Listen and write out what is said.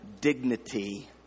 dignity